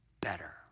better